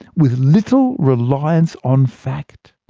with little reliance on fact.